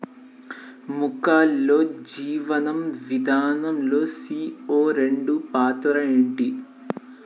మొక్కల్లో జీవనం విధానం లో సీ.ఓ రెండు పాత్ర ఏంటి?